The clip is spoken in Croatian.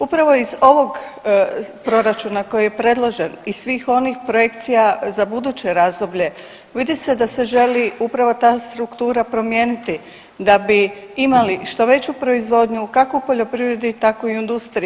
Upravo iz ovog proračuna koji je predložen i svih onih projekcija za buduće razdoblje vidi se da se želi upravo ta struktura promijeniti da bi imali što veću proizvodnju kako u poljoprivredi tako i u industriji.